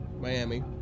Miami